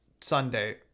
Sunday